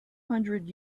hundred